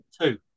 Two